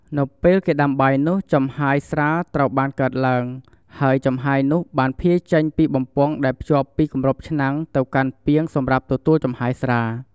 នៅពេលគេដាំបាយនោះ ចំហាយស្រាត្រូវបានកើតឡើង ហើយចំហាយនោះបានភាយចេញពីបំពង់ដែលភ្ជាប់ពីគម្របឆ្នាំងទៅកាន់ពាងសម្រាប់ទទួលចំហាយស្រា។